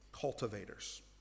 cultivators